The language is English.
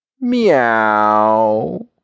Meow